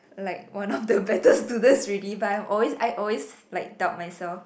like was not the better student already but always I always doubt myself